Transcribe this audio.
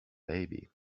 baby